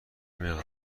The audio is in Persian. مقدار